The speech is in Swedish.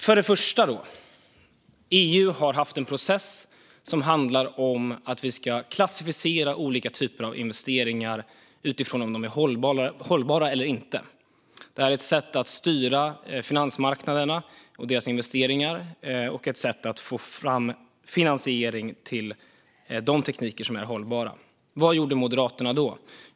För det första har EU haft en process som handlar om att vi ska klassificera olika typer av investeringar utifrån om de är hållbara eller inte. Detta är ett sätt att styra finansmarknaderna och deras investeringar och att få fram finansiering till de tekniker som är hållbara. Vad gjorde Moderaterna då?